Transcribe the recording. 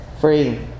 free